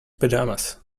pyjamas